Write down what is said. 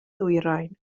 ddwyrain